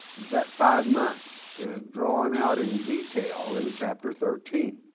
that five months is drawn out in detail in chapter thirteen.